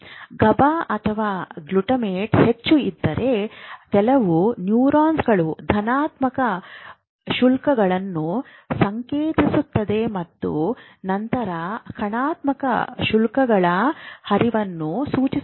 ಗಬ ಅಥವಾ ಗ್ಲುಟಮೇಟ್ ಹೆಚ್ಚು ಇದ್ದರೆ ಕೆಲವು ನ್ಯೂರಾನ್ಗಳು ಧನಾತ್ಮಕ ಶುಲ್ಕಗಳನ್ನು ಸಂಕೇತಿಸುತ್ತವೆ ಮತ್ತು ನಂತರ ಋಣಾತ್ಮಕ ಶುಲ್ಕಗಳ ಹರಿವನ್ನು ಸೂಚಿಸುತ್ತವೆ